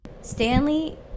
Stanley